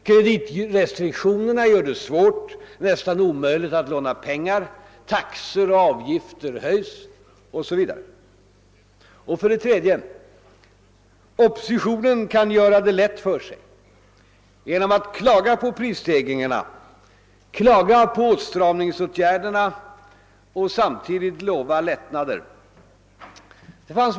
Kreditrestriktionerna gör det svårt, nästan omöjligt, att låna För det tredje kunde oppositionen göra det lätt för sig genom att klaga på prisstegringarna, klaga på åtstramningsåtgärderna och samtidigt lova lättnader.